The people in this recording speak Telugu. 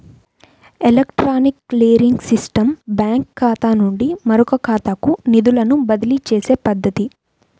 ఎలక్ట్రానిక్ క్లియరింగ్ సిస్టమ్ బ్యాంకుఖాతా నుండి మరొకఖాతాకు నిధులను బదిలీచేసే పద్ధతి